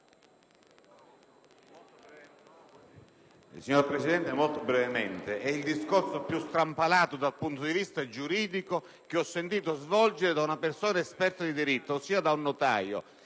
Signor Presidente, molto brevemente: questo è il discorso più strampalato dal punto di vista giuridico che ho sentito svolgere da una persona esperta di diritto, ossia da un notaio.